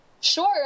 Sure